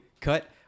cut